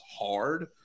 hard